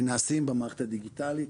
נעשות במערכת הדיגיטלית.